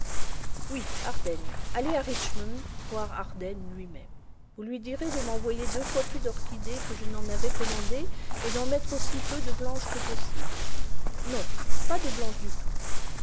oui harden allez à richmond voir llarden lui-même vous lui direz de m'envoyer deux fois plus d'orchidées que je n'en avais commandé et d'en mettre aussi peu de blanches que possible non pas de blanches du tout